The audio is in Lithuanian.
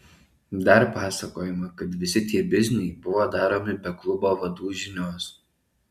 dar pasakojama kad visi tie bizniai buvo daromi be klubo vadų žinios